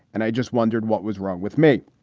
and i just wondered what was wrong with me.